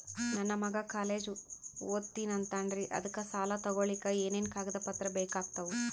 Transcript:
ನನ್ನ ಮಗ ಕಾಲೇಜ್ ಓದತಿನಿಂತಾನ್ರಿ ಅದಕ ಸಾಲಾ ತೊಗೊಲಿಕ ಎನೆನ ಕಾಗದ ಪತ್ರ ಬೇಕಾಗ್ತಾವು?